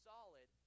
Solid